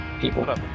People